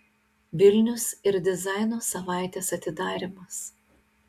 vilnius ir dizaino savaitės atidarymas